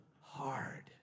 hard